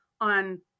on